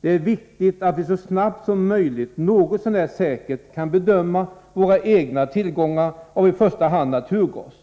Det är viktigt att vi så snabbt som möjligt något så när säkert kan bedöma våra egna tillgångar av i första hand naturgas.